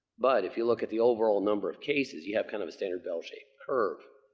but if you look at the overall number of cases, you have kind of a standard bell-shaped curve.